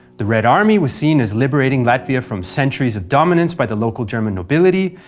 the red army was seen as liberating latvia from centuries of dominance by the local german nobility,